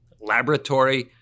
laboratory